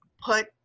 put